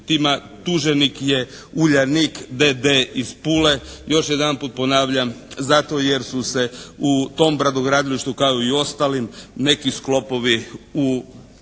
tuženik je "Uljanik d.d." iz Pule. Još jedanput ponavljam zato jer su se u tom brodogradilištu kao i u ostalim neki sklopovi u